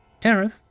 Tariff